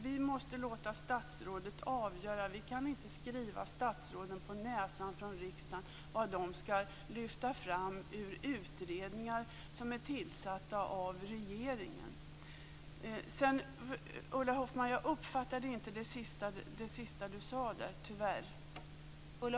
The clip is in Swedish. Vi kan inte från riksdagen skriva statsråden på näsan vad de skall lyfta fram ur utredningar som är tillsatta av regeringen. Jag uppfattade tyvärr inte det sista Ulla Hoffmann sade.